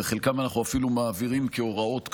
את חלקם אנחנו אפילו מעבירים כהוראות קבועות,